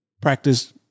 practice